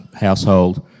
household